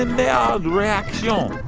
ah maillard reaction whoa.